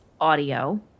audio